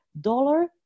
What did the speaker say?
dollar